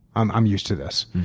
i'm i'm used to this.